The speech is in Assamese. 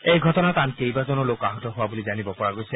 এই ঘটনাত আন কেইবাজনো লোক আহত হোৱা বুলি জানিব পৰা গৈছে